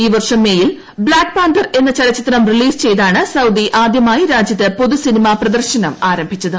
ഈ വർഷം മേയിൽ ബ്ലാക്ക് പാന്തർ എന്ന് ചലച്ചിത്രം റിലീസ് ചെയ്താണ് സൌദി ആദ്യമായി രാജ്യത്ത് പൊതു സിനിമ പ്രദർശനം ആരംഭിച്ചത്